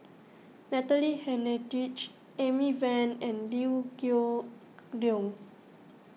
Natalie Hennedige Amy Van and Liew Geok Leong